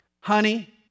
Honey